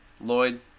lloyd